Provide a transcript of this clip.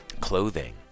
clothing